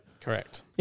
Correct